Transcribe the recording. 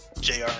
Jr